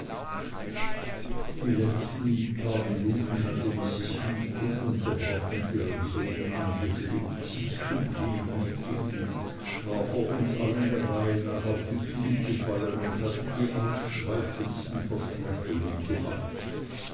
die letzten paar minuten hatte mrs heep ununterbrochen ihren sohn angefleht sich zu demütigen war vor uns allen der reihe nach auf die kniee gefallen und hatte die ausschweifendsten versprechungen gemacht